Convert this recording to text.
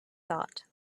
thought